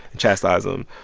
chastised him.